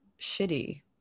shitty